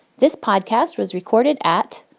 this podcast was recorded at.